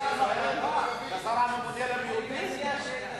שגם חברי הכנסת ילמדו ערבית.